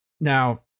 now